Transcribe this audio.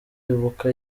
ibuka